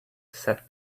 said